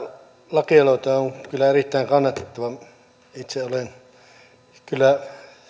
lakialoite on kyllä erittäin kannatettava itse olen kyllä